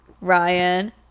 Ryan